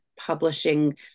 publishing